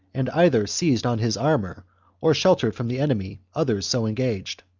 and either seized on his armour or sheltered from the enemy others so engaged.